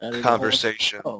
conversation